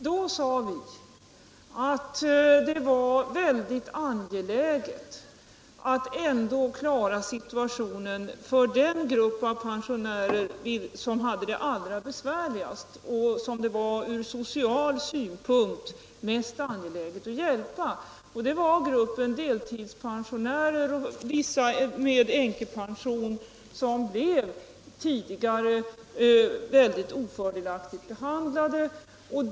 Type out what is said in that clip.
Vi sade att det var ytterst angeläget att klara situationen för den grupp pensionärer som hade det allra besvärligast och som det var ur social synpunkt mest angeläget att hjälpa. Det var gruppen deltidspensionärer och vissa med änkepension, som tidigare blev mycket ofördelaktigt behandlade.